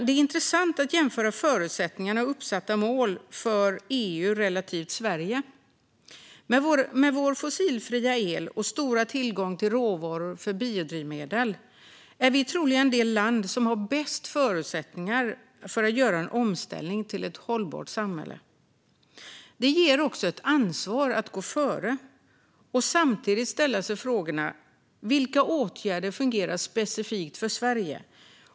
Det är intressant att jämföra förutsättningar och uppsatta mål för EU relativt Sverige. Med vår fossilfria el och stora tillgång till råvaror för biodrivmedel är vi troligen det land som har bäst förutsättningar för att göra en omställning till ett hållbart samhälle. Det ger också ett ansvar att gå före och samtidigt ställa sig frågorna: Vilka åtgärder fungerar specifikt för Sverige?